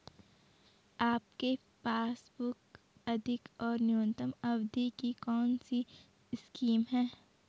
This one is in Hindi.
आपके पासबुक अधिक और न्यूनतम अवधि की कौनसी स्कीम है?